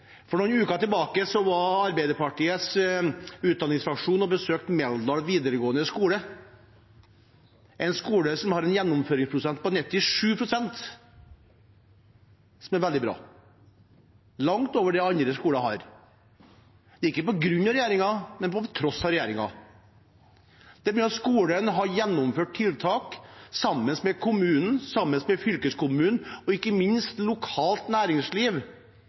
For noen uker tilbake besøkte Arbeiderpartiets utdanningsfraksjon Meldal videregående skole – en skole som har en gjennomføringsprosent på 97, som er veldig bra. Det er langt over det andre skoler har – ikke på grunn av regjeringen, men på tross av regjeringen. Skolen har gjennomført tiltak sammen med kommunen, sammen med fylkeskommunen og ikke minst sammen med lokalt næringsliv